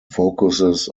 focuses